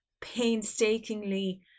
painstakingly